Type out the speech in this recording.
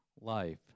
life